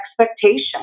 expectation